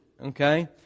okay